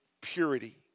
purity